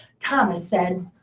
thomas said,